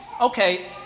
Okay